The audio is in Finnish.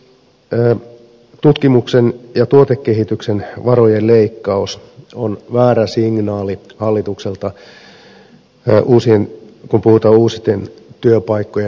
tietysti tutkimuksen ja tuotekehityksen varojen leikkaus on väärä signaali hallitukselta kun puhutaan uusien työpaikkojen luomisesta